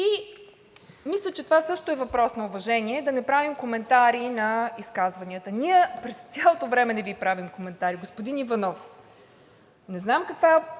Мисля, че това също е въпрос на уважение – да не правим коментари на изказванията. Ние през цялото време не Ви правим коментари, господин Иванов. Не знам каква е